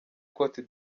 cote